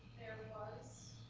was